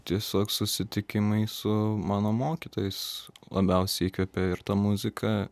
tiesiog susitikimai su mano mokytojais labiausiai įkvepia ir ta muzika